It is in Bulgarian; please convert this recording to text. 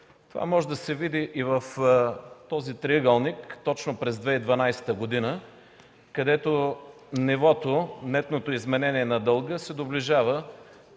Това може да се види и в този триъгълник точно през 2012 г., където нивото, нетното изменение на дълга се доближава